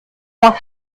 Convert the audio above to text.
nach